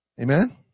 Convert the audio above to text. Amen